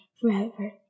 forever